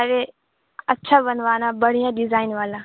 ارے اچھا بنوانا بڑھیا ڈیزائن والا